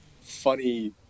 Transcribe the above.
funny